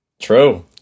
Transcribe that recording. True